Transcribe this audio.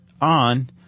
on